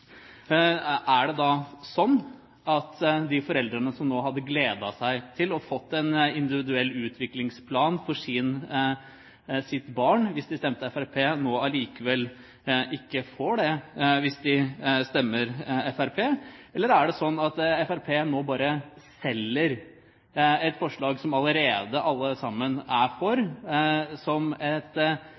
er det da slik at de foreldrene som nå hadde gledet seg til å få en individuell utviklingsplan for sitt barn, hvis de stemte Fremskrittspartiet, nå allikevel ikke får det hvis de stemmer Fremskrittspartiet? Eller er det slik at Fremskrittspartiet nå bare selger et forslag som alle sammen allerede er for, som et